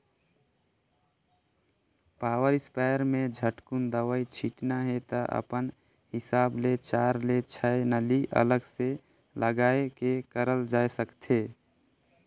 power sprayer में झटकुन दवई छिटना हे त अपन हिसाब ले चार ले छै नली अलग से लगाये के करल जाए सकथे